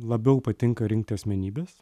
labiau patinka rinkti asmenybes